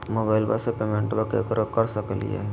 मोबाइलबा से पेमेंटबा केकरो कर सकलिए है?